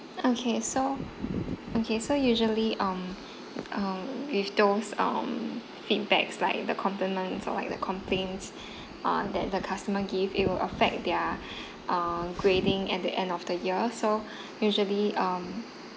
okay so okay so usually (um um with those um feedbacks like the compliments or like the complaints uh that the customer give it will affect their uh grading at the end of the year so usually um